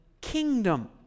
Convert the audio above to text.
kingdom